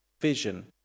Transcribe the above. vision